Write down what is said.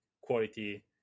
quality